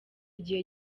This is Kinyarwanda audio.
igihe